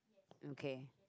okay